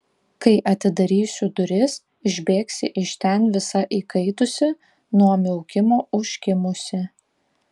kai atidarysiu duris išbėgsi iš ten visa įkaitusi nuo miaukimo užkimusi